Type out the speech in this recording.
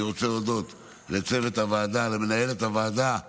אני רוצה להודות לצוות הוועדה, למנהלת הוועדה הגב'